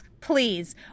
Please